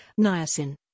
niacin